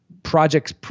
projects